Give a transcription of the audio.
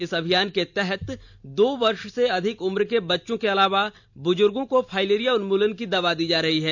इस अभियान के तहत दो वर्ष से अधिक उम्र के बच्चों के अलावा बुजुर्गो को फाइलेरिया उन्मूलन की दवा दी जा रही है